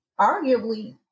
arguably